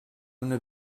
una